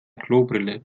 klobrille